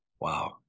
Wow